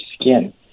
skin